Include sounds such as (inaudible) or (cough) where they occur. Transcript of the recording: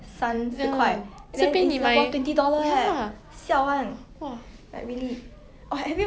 (laughs)